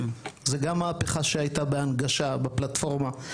זו גם מהפכה שהייתה בהנגשה בפלטפורמה.